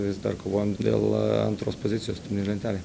vis dar kovojam dėl antros pozicijos turnyro lentelėj